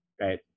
right